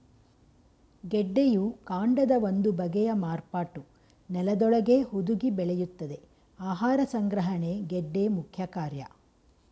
ಗೆಡ್ಡೆಯು ಕಾಂಡದ ಒಂದು ಬಗೆಯ ಮಾರ್ಪಾಟು ನೆಲದೊಳಗೇ ಹುದುಗಿ ಬೆಳೆಯುತ್ತದೆ ಆಹಾರ ಸಂಗ್ರಹಣೆ ಗೆಡ್ಡೆ ಮುಖ್ಯಕಾರ್ಯ